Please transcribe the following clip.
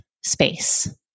space